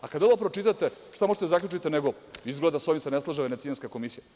Kada ovo pročitate, šta možete da zaključite nego izgleda sa ovim se ne slaže Venecijanska komisija?